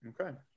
Okay